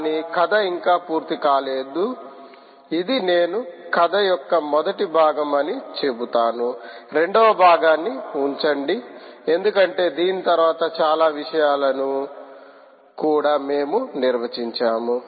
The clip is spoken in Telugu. కానీ కథ ఇంకా పూర్తి కాలేదు ఇది నేను కథ యొక్క మొదటి భాగం అని చెబుతాను రెండవ భాగాన్ని ఉంచండి ఎందుకంటే దీని తరువాత చాలా విషయాలను కూడా మేము నిర్వచించాము